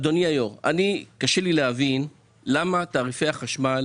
אדוני היושב-ראש, קשה לי להבין למה תעריפי החשמל